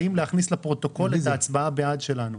האם להכניס לפרוטוקול את ההצבעה בעד שלנו.